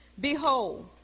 behold